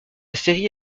série